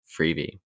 freebie